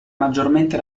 maggiormente